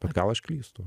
bet gal aš klystu